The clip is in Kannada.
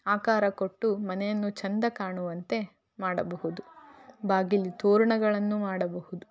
ಆಕಾರ ಕೊಟ್ಟು ಮನೆಯನ್ನು ಚಂದ ಕಾಣುವಂತೆ ಮಾಡಬಹುದು ಬಾಗಿಲು ತೋರಣಗಳನ್ನು ಮಾಡಬಹುದು